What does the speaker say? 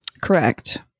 correct